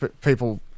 people